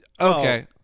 Okay